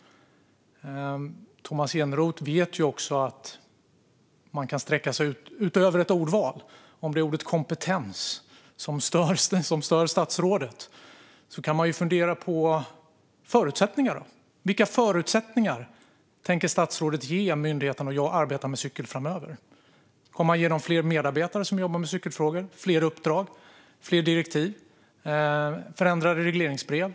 Tomas Eneroth vet ju också att man kan sträcka sig bortom ett ordval. Om det är ordet "kompetens" som stör statsrådet kan han ju fundera på förutsättningarna. Vilka förutsättningar tänker statsrådet ge myndigheterna att arbeta med cykel framöver? Kommer han att ge dem fler medarbetare som jobbar med cykelfrågor? Kommer han att ge dem fler uppdrag, fler direktiv eller förändrade regleringsbrev?